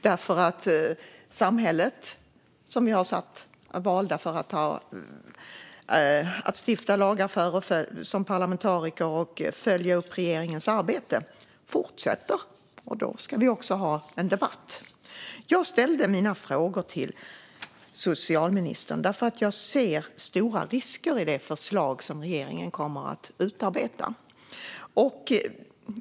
Vi är valda att stifta lagar för samhället och som parlamentariker att följa regeringens arbete. Därför ska vi också ha debatt. Jag ställde mina frågor till socialministern, eftersom jag ser stora risker i det förslag som regeringen kommer att utarbeta.